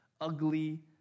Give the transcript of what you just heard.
ugly